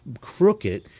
crooked